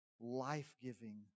life-giving